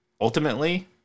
ultimately